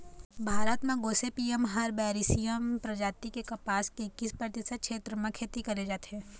भारत म Gossypium herbaceum परजाति के कपसा के एक्कीस परतिसत छेत्र म खेती करे जाथे